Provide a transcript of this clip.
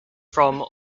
from